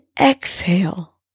exhale